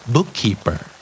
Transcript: Bookkeeper